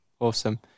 Awesome